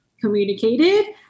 communicated